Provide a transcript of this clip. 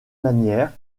manière